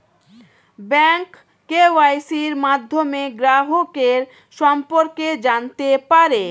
bank কেওয়াইসির মাধ্যমে গ্রাহকের সম্পর্কে জানতে পারে